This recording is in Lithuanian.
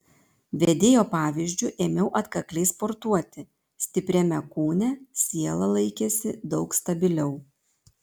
vedėjo pavyzdžiu ėmiau atkakliai sportuoti stipriame kūne siela laikėsi daug stabiliau